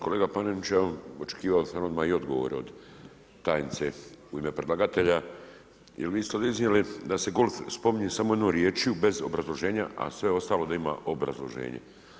Kolega Paneniću, očekivao sam odmah i odgovor od tajnice u ime predlagatelja jer vi ste iznijeli da se golf spominje samo jednom riječju, bez obrazloženja a sve ostalo da ima obrazloženje.